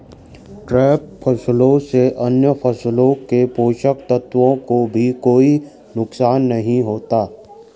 trap फसलों से अन्य फसलों के पोषक तत्वों को भी कोई नुकसान नहीं होता